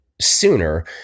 sooner